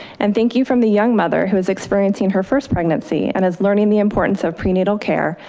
and thank you from the young mother who was experiencing her first pregnancy and is learning the importance of prenatal care,